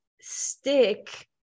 stick